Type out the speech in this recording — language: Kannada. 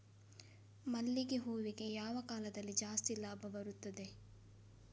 ಮಲ್ಲಿಗೆ ಹೂವಿಗೆ ಯಾವ ಕಾಲದಲ್ಲಿ ಜಾಸ್ತಿ ಲಾಭ ಬರುತ್ತದೆ?